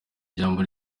ijambo